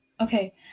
okay